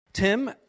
Tim